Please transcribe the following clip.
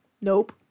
Nope